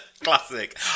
Classic